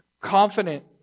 Confident